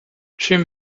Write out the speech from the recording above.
чим